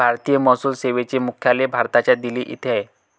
भारतीय महसूल सेवेचे मुख्यालय भारताच्या दिल्ली येथे आहे